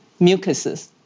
mucuses